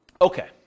Okay